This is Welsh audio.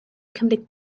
cymryd